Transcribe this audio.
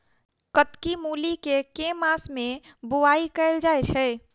कत्की मूली केँ के मास मे बोवाई कैल जाएँ छैय?